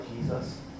Jesus